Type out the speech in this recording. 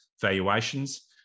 valuations